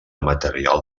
material